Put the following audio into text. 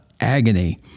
agony